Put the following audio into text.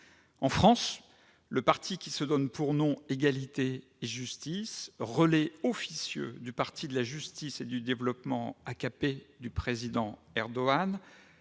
En France, le parti qui se donne pour nom « égalité et justice », relais officieux du parti de la justice et du développement, l'AKP, du président Erdogan,